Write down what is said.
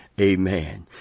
Amen